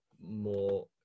more